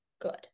good